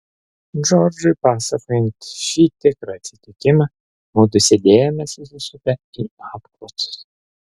džordžui pasakojant šį tikrą atsitikimą mudu sėdėjome susisupę į apklotus